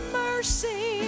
mercy